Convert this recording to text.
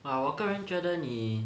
啊我个人觉得你